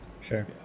Sure